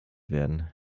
werden